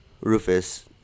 Rufus